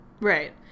Right